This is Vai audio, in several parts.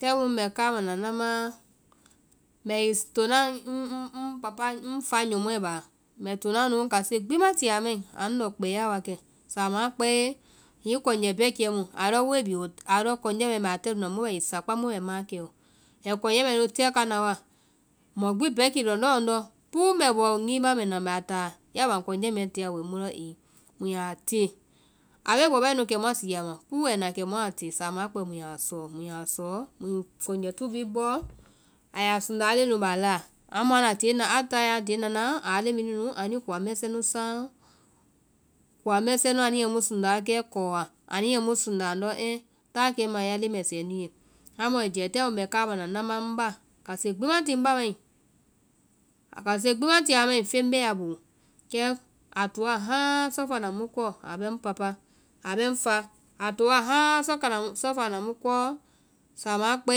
tai mu ŋbɛ kaama na nama, mbɛ wi tona ŋ fa nyɔmɔɛ báa, mbɛ tonaã nu, kase gbi ma ti a mai, a ŋ lɔ kpɛɛa wa kɛ, samaã a kpɛɛ hiŋi kɔnyɛ bɛkɛ mu a lɔ woe bi, a lɔ kɔnyɛ mɛɛ mbɛ a tɛluŋ na. mu bɛ wi sakpá mu bɛ maãkɛ lɔ, ai kɔnyɛ mɛnu tɛka wa mɔ gbi bɛki lɔndɔ́ lɔndɔ́, púu mbɛ bɛ giima mbɛ na, mbɛ a táa i baŋ kɔnyɛ mɛɛ tea woe mu lɔ ee. Mu ya té, a bɔ bɛɛ nu kɛ muã sii a ma, púú ai na kɛ muã a tea, samaã a kpɛe mu ya lɔ sɔɔ, muã a lɔ sɔe, muĩ kɔnyɛ túu bhii bɔ, a yaa sunda aa leŋɛ nu la láa. Amu a táe a tie nanaa, aa leŋ bhii nunu anuĩ koa mɛsɛ nu saŋ, koa mɛsɛ nu anu ye mu sunda kɛ kɔwa, anu ye mu sunda andɔ ɛɛ táa kɛmɛɛ a ya leŋ mɛsɛɛ ye. A mu ai jɛɛ banda mu ŋ bɛ kama na nama ŋ bá kase gbi ma ti ŋ bá mai, kase gbi ma ti a mai, feŋ bee a boo kɛ a toa hãaa sufana mu kɔ a bɛ ŋ papa, abɛ ŋ fa, a toa hãaa sufana mu kɔɔ, samãa a kpɛe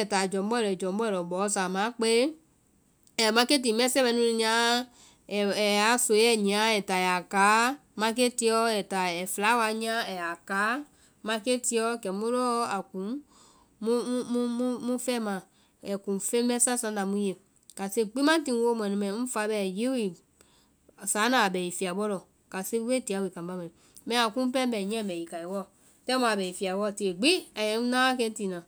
ai táa jɔmbɔɛ lɔ ai jɔmbɔɛ lɔ bɔ, samãa a kpɛe ai maketi mɛsɛ mɛ nyiaa, e yaa soi mɛɛ nu nu nyiaa, ai táa ɛɛ ya kaa maketiɔ, ɛɛ ya fiyawa nyia ɛe táa ya kaa maketiɔ, kɛmu lɔɔ a kuŋ mu mu fɛmaa, ɛe kuŋ feŋ mɛsɛ saŋnda mu ye. Kase gbi ma ti ŋ woo mɔɛ nu mai, ŋ fa bɛɛ hiŋi wi saana a bɛ wi fiyabɔɔ. kase gbi bee tia wi kambá mai, bɛimaã, kumu pɛɛ ŋ bɛ wi niƴɛ ŋ bɛ wi kai wɔɔ, tai mu a bɛ fiyabɔɔ, tée gbi ai na wa kɛ ŋ tina.